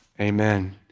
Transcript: Amen